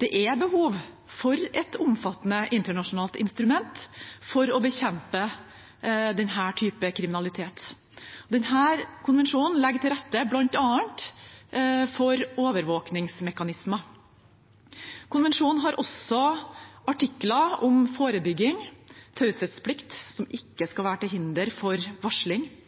Det er behov for et omfattende internasjonalt instrument for å bekjempe denne typen kriminalitet, og denne konvensjonen legger bl.a. til rette for overvåkningsmekanismer. Konvensjonen har også artikler om forebygging, taushetsplikt – som ikke